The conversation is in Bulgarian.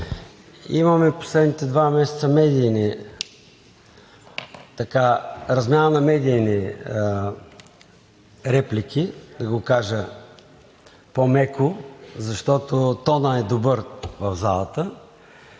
имаме последните два месеца размяна на медийни реплики – да го кажа по-меко, защото тонът е добър в залата.